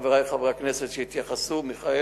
חברי חברי הכנסת שהתייחסו, מיכאלי.